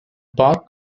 park